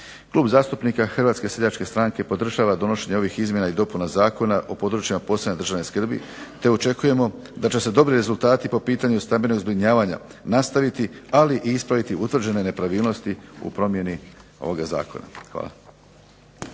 Klub zastupnika Hrvatske seljačke stranke podržava donošenje ovih izmjena i dopuna Zakona o područjima posebne državne skrbi te očekujemo da će se dobri rezultati po pitanju stambenog zbrinjavanja nastaviti, ali i ispraviti utvrđene nepravilnosti u promjeni ovoga zakona. Hvala.